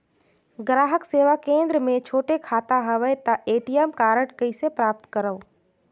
ग्राहक सेवा केंद्र मे छोटे खाता हवय त ए.टी.एम कारड कइसे प्राप्त करव?